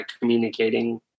communicating